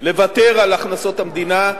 לוותר על הכנסות המדינה,